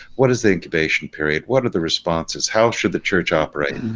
what is the incubation period? what are the responses? how should the church operate?